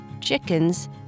chickens